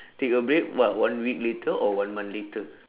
take a break what one week later or one month later